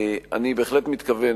אני בהחלט מתכוון,